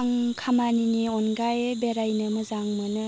आं खामानिनि अनगायै बेरायनो मोजां मोनो